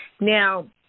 Now